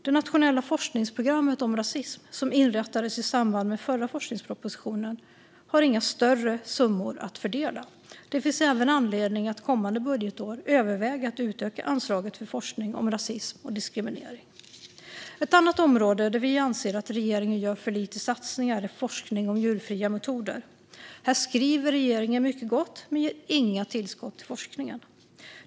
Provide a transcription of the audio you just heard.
Det nationella forskningsprogrammet om rasism, som inrättades i samband med den förra forskningspropositionen, har inga stora summor att fördela. Det finns även anledning att kommande budgetår överväga att utöka anslaget för forskning om rasism och diskriminering. Ett annat område där vi anser att regeringen gör för lite satsningar är forskning om djurfria metoder. Här skriver regeringen mycket gott, men man ger inga tillskott till forskningen.